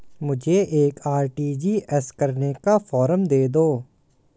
मुझे एक आर.टी.जी.एस करने का फारम दे दो?